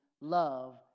love